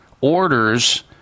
orders